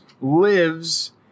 lives